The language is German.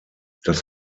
das